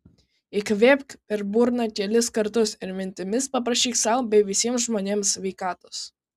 įkvėpk per burną kelis kartus ir mintimis paprašyk sau bei visiems žmonėms sveikatos